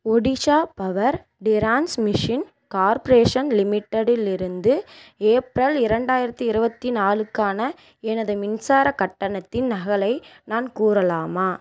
Odisha power transmission corporation லிமிடெடிலிருந்து April இரண்டாயிரத்தி இருபத்தி நாலுக்கான எனது மின்சார கட்டணத்தின் நகலை நான் கோரலாமா